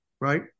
right